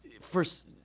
first